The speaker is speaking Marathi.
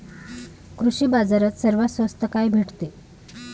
कृषी बाजारात सर्वात स्वस्त काय भेटते?